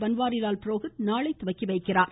பன்வாரிலால் புரோஹித் நாளை தொடங்கி வைக்கிறார்